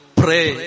pray